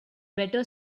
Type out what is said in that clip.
better